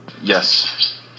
Yes